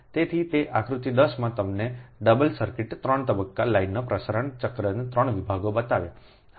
તેથી તે આકૃતિ 10 મેં તમને ડબલ સર્કિટ 3 તબક્કા લાઇનના પ્રસારણ ચક્રના 3 વિભાગો બતાવ્યા